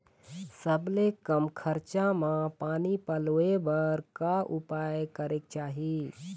सबले कम खरचा मा पानी पलोए बर का उपाय करेक चाही?